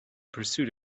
pursuit